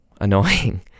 annoying